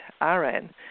RN